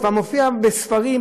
כבר מופיע בספרים,